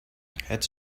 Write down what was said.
het